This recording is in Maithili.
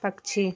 पक्षी